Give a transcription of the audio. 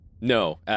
No